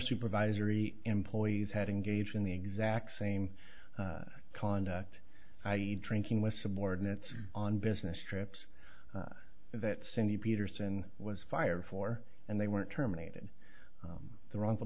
supervisory employees had engaged in the exact same conduct i e drinking with subordinates on business trips that cindy peterson was fired for and they weren't terminated the wrongful